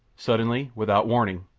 suddenly, without warning,